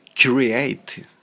create